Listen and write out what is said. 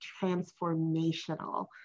transformational